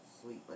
sweet